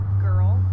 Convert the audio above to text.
girl